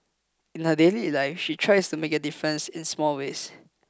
in her daily life she tries to make a difference in small ways